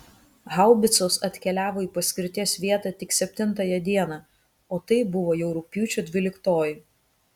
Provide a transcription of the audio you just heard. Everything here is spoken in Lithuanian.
haubicos atkeliavo į paskirties vietą tik septintąją dieną o tai buvo jau rugpjūčio dvyliktoji